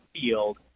field